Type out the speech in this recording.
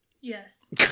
Yes